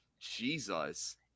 Jesus